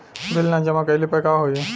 Bill न जमा कइले पर का होई?